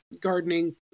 gardening